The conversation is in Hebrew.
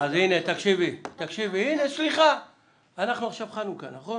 הנה, תקשיבי, עכשיו חנוכה נכון?